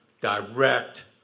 direct